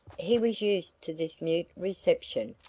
he was used to this mute reception,